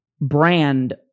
brand